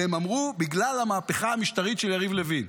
והם אמרו: בגלל המהפכה המשטרית של יריב לוין,